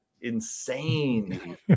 insane